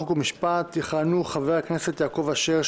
חוק ומשפט יכהנו יעקב אשר,